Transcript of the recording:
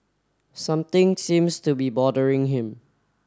something seems to be bothering him